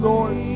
Lord